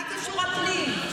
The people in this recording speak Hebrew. מה קשור הפנים?